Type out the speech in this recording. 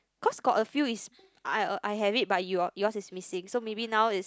cause got a few is I I have it but you are yours is missing so maybe now is